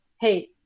hey